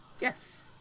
Yes